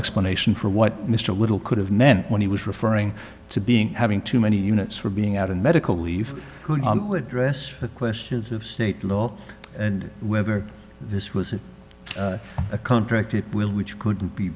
explanation for what mr little could have meant when he was referring to being having too many units for being out of medical leave who dress questions of state law and whether this was a contract at will which could